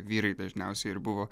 vyrai dažniausiai ir buvo